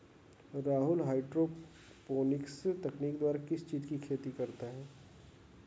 Rahul hydroponics तकनीक द्वारा किस चीज की खेती करता है?